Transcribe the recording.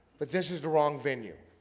but this is the wrong venue